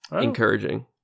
encouraging